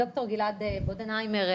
ד"ר גלעד בודנהיימר,